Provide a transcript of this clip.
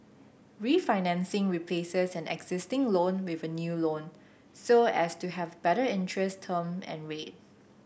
refinancing replaces an existing loan with a new loan so as to have a better interest term and rate